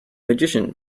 magician